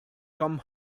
come